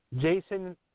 Jason